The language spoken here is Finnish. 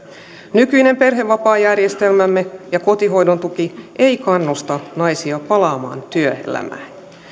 nykyinen perhevapaajärjestelmämme ja kotihoidon tuki eivät kannusta naisia palaamaan työelämään